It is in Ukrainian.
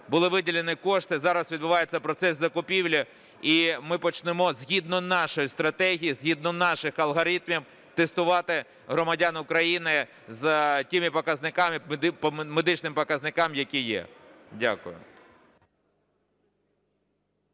Були виділені кошти, зараз відбувається процес закупівлі. І ми почнемо згідно нашої стратегії, згідно наших алгоритмів тестувати громадян України з тими показниками, по медичним показникам, які є. Дякую.